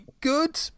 good